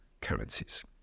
currencies